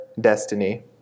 destiny